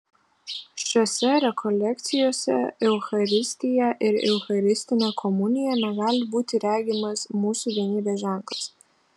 šiose rekolekcijose eucharistija ir eucharistinė komunija negali būti regimas mūsų vienybės ženklas